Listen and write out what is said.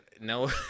no